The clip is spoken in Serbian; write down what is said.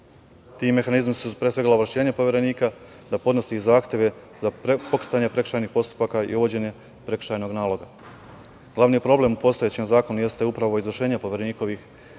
Ti mehanizmi su pre svega ovlašćenja Poverenika da podnosi zahteve za pokretanje prekršajnih postupaka i uvođenje prekršajnog naloga. Glavni problem u postojećem zakonu jeste upravo izvršenje Poverenikovih